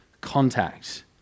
contact